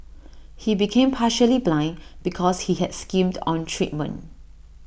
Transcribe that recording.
he became partially blind because he had skimmed on treatment